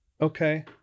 okay